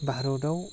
भारतआव